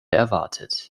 erwartet